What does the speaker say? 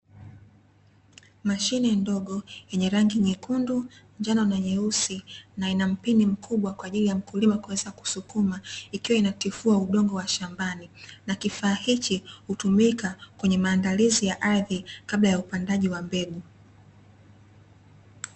Mashine ndogo yenye rangi nyekundu, njano na nyeusi na ina mpini mkubwa, kwaajili ya mkulima kuweza kusukuma ikiwa inatifua udongo wa shambani, na kifaa hichi hutumika kwenye maandalizi ya ardhi kabla ya upandaji wa mbegu.